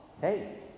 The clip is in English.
hey